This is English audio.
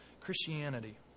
Christianity